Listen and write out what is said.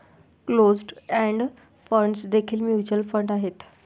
closed end funds देखील mutual fund आहेत